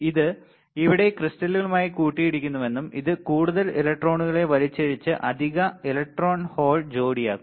ഇത് ഇവിടെ ക്രിസ്റ്റലുകളുമായി കൂട്ടിയിടിക്കുന്നുവെന്നും ഇത് കൂടുതൽ ഇലക്ട്രോണുകളെ വലിച്ചിഴച്ച് അധിക ഇലക്ട്രോൺ ഹോൾ ജോഡിയാക്കുന്നു